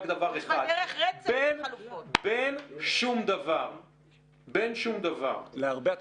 רק דבר אחד: בין שום דבר --- להרבה אתה